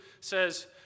says